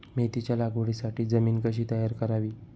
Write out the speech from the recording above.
मेथीच्या लागवडीसाठी जमीन कशी तयार करावी?